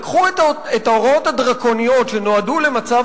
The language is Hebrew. לקחו את ההוראות הדרקוניות של 1954 שנועדו למצב